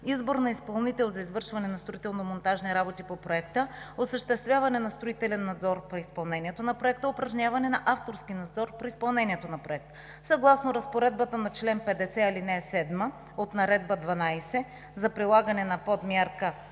избор на изпълнител за извършване на строително-монтажни работи по Проекта; осъществяване на строителен надзор по изпълнението на Проекта; упражняване на авторски надзор при изпълнението на Проекта. Съгласно разпоредбата на чл. 50, ал. 7 от Наредба № 12 за прилагане на Подмярка